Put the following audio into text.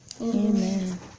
amen